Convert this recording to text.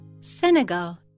Senegal